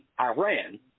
Iran